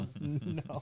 No